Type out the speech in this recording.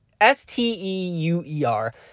S-T-E-U-E-R